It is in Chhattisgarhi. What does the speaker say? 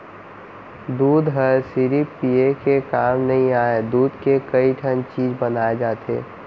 दूद हर सिरिफ पिये के काम नइ आय, दूद के कइ ठन चीज बनाए जाथे